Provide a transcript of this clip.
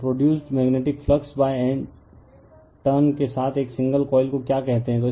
तो produced magnetic flux N turn के साथ एक सिंगल कॉइल को क्या कहते हैं